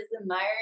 admiring